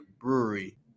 brewery